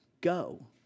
go